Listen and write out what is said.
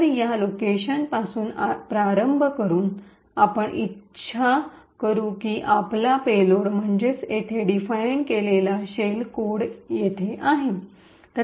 तर या लोकेशनपासुन प्रारंभ करून आपण इच्छया करू की आपला पेलोड म्हणजेच येथे डिफाईन केलेला शेल कोड येथे आहे